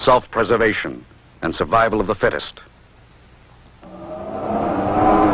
self preservation and survival of the fittest